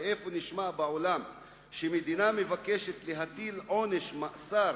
ואיפה נשמע שמדינה מבקשת להטיל עונש מאסר